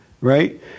Right